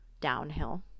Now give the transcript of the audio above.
downhill